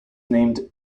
named